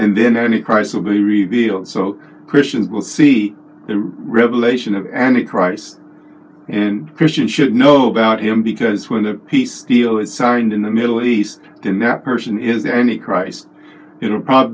and then any price will be revealed so christians will see the revelation of any christ and christians should know about him because when a peace deal is signed in the middle east then that person is any christ it'll probably